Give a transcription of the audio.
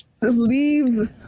leave